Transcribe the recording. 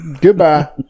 goodbye